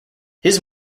his